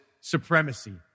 supremacy